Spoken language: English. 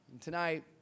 Tonight